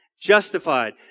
Justified